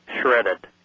shredded